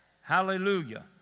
Hallelujah